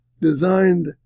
designed